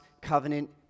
covenant